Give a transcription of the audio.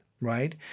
right